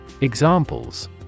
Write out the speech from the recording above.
Examples